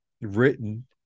written